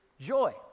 joy